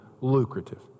lucrative